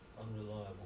Unreliable